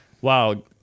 wow